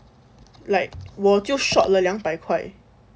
like 我就 short 了两百块